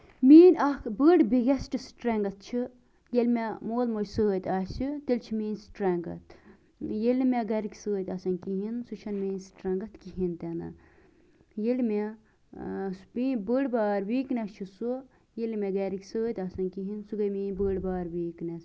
میٛٲنۍ اکھ بٔڈ بِگیسٹ سِٹرینٛگٔتھ چھِ ییٚلہِ مےٚ مول موج سۭتۍ آسہِ تیٚلہِ چھِ میٛٲنۍ سٔٹرینگٔتھ ییٚلہِ نہٕ مےٚ گرِکۍ سۭتۍ آسان کِہیٖنٛۍ سۅ چھَنہٕ میٛٲنۍ سٹرینٛگٔتھ کِہیٖنٛۍ تہِ نہٕ ییٚلہِ مےٚ بیٚیہِ بٔڈ بارٕ ویٖکنیسس چھِ سۅ ییٚلہِ مےٚ گرٕکۍ سۭتۍ آسان کِہیٖنٛۍ سۄ گٔے میٛٲنۍ بٔڈ بارٕ ویٖکنیس